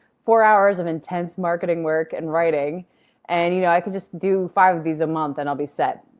four hours of intense marketing work and writing and you know i can just do five of these a month and be set.